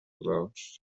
gloves